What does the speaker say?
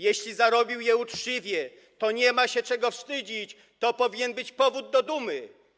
Jeśli zarobił je uczciwie, to nie ma się czego wstydzić, powinien to być powód do dumy.